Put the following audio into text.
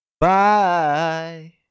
Bye